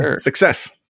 success